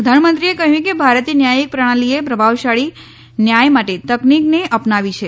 પ્રધાનમંત્રીએ કહયું કે ભારતીય ન્યાયિક પ્રણાલીએ પ્રભાવશાળી ન્યાય માટે તકનીકને અપનાવી છે